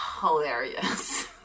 hilarious